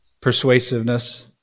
persuasiveness